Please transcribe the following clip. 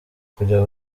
kujya